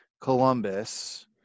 Columbus